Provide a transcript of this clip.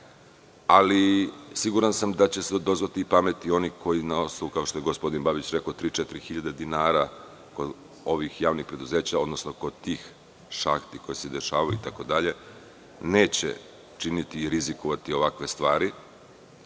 ali siguran sam da će se dozvati pameti i onaj koji, kao što je gospodin Babić rekao, za tri, četiri hiljade dinara kod ovih javnih preduzeća, odnosno kod tih šahti koje se dešavaju itd, neće činiti i rizikovati ovakve stvari,